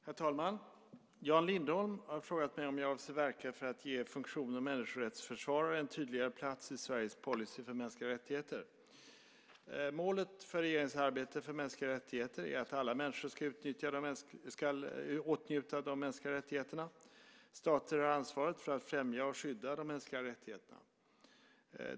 Herr talman! Jan Lindholm har frågat mig om jag avser att verka för att ge funktionen människorättsförsvarare en tydligare plats i Sveriges policy för mänskliga rättigheter. Målet för regeringens arbete för mänskliga rättigheter är att alla människor ska åtnjuta de mänskliga rättigheterna. Stater har ansvaret för att främja och skydda de mänskliga rättigheterna.